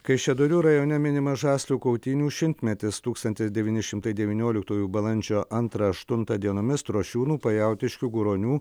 kaišiadorių rajone minimas žaslių kautynių šimtmetis tūkstantis devyni šimtai devynioliktųjų balandžio antrą aštuntą dienomis trošiūnų pajautiškių guronių